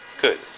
Good